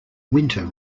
winter